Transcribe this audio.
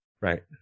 right